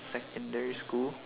secondary school